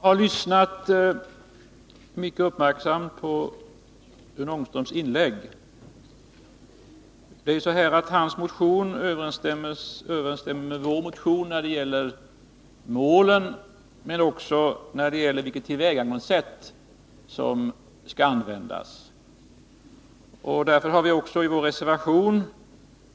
Fru talman! Jag har lyssnat mycket uppmärksamt på Rune Ångströms inlägg. Hans motion överensstämmer med vår motion när det gäller målen och också beträffande det tillvägagångsätt som bör användas. Därför har vi i vår reservation